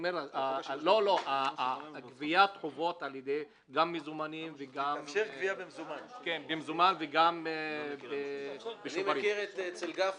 --- גביית חובות גם במזומן וגם ב --- הצעת חוק